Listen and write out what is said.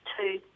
Two